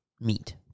Meat